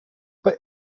but